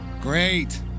Great